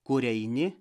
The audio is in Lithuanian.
kur eini